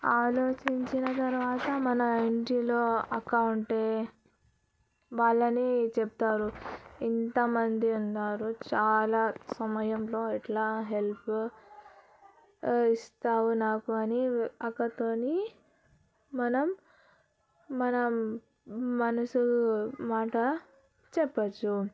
ఆలోచించిన తర్వాత మన ఇంటిలో అక్క ఉంటే వాళ్ళని చెప్తారు ఇంతమంది ఉన్నారు చాలా సమయంలో ఎట్లా హెల్ప్ ఇస్తావు నాకు అని అక్కతో మనం మనం మనసులో మాట చెప్పచ్చు